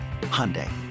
Hyundai